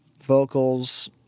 vocals